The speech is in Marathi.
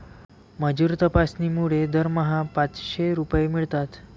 मजूर तपासणीमुळे दरमहा पाचशे रुपये मिळतात